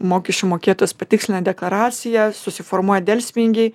mokesčių mokėtojas patikslina deklaracijas susiformuoja delspinigiai